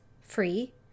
free